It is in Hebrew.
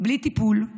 בלי טיפול,